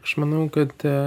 aš manau kad